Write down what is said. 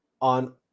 on